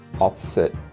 opposite